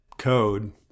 code